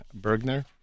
Bergner